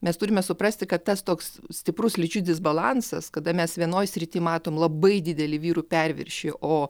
mes turime suprasti kad tas toks stiprus lyčių disbalansas kada mes vienoj srity matom labai didelį vyrų perviršį o